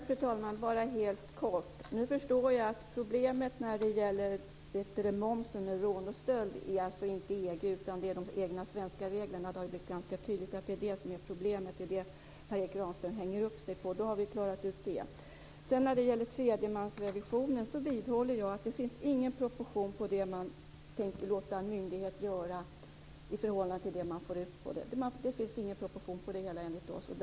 Fru talman! Nu förstår jag att problemen med momsen vid rån och stöld inte är EG-direktiv utan de egna svenska reglerna. Det har blivit ganska tydligt att det är problemet och vad Per Erik Granström hänger upp sig på. Då har vi klarat ut det. När det gäller tredjemansrevisionen vidhåller jag att det inte finns någon proportion på det man tänker låta en myndighet göra i förhållande till vad man får ut av det. Det finns enligt oss ingen proportion i det hela.